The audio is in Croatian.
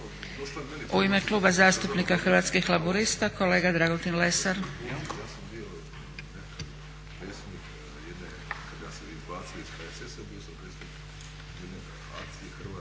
U ime Kluba zastupnika Hrvatskih laburista kolega Dragutin Lesar.